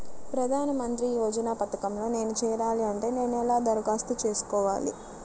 ప్రధాన మంత్రి యోజన పథకంలో నేను చేరాలి అంటే నేను ఎలా దరఖాస్తు చేసుకోవాలి?